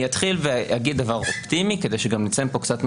אני אתחיל ואומר דבר ציני כדי שגם נצא מכאן קצת מחויכים.